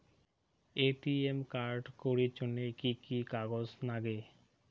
ATM card করির জন্যে কি কি কাগজ নাগে?